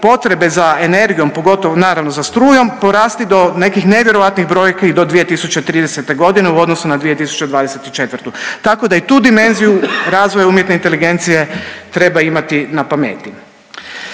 potrebe za energijom, pogotovo, naravno, za strujom, porasti do nekih nevjerojatnih brojki do 2030. u odnosu na 2024., tako da i tu dimenziju razvoja umjetne inteligencije treba imati na pameti.